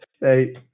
Hey